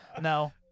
No